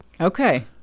Okay